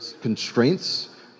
constraints